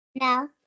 No